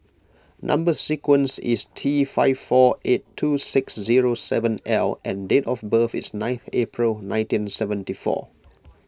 Number Sequence is T five four eight two six zero seven L and date of birth is ninth April nineteen seventy four